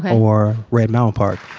or red mountain park